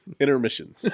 Intermission